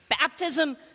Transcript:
Baptism